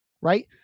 right